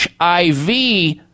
HIV